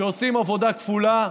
שעושים עבודה כפולה,